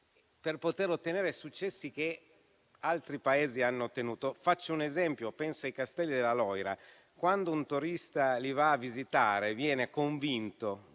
per poter ottenere successi che altri Paesi hanno ottenuto. Faccio un esempio: penso ai Castelli della Loira. Quando un turista li va a visitare, viene convinto,